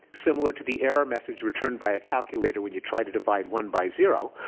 similar to the error message returned by a calculator when you try to divide one by zero,